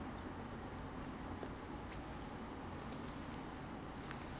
然后有时 you know 有些人可能放那个 laptop 在那边 then you don't know where are they